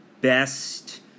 best